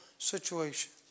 situation